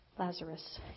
Lazarus